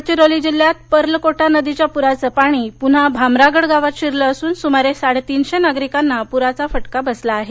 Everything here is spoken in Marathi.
गडचिरोली जिल्ह्यात पर्लकोटा नदीच्या पुराचं पाणी पुन्हा भामरागड गावात शिरलं असून सुमारे साडेतीनशे नागरिकांना प्राचा फटका बसला आहे